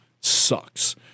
sucks